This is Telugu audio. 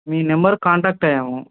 మీ నెంబర్కు కాంటాక్ట్ అయ్యాము